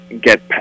get